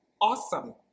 awesome